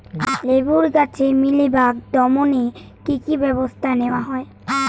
লেবু গাছে মিলিবাগ দমনে কী কী ব্যবস্থা নেওয়া হয়?